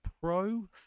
pro